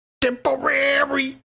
temporary